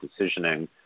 decisioning